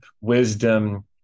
wisdom